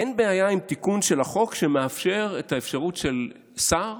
אין בעיה עם תיקון של החוק שמאפשר את האפשרות של שר